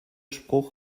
spruch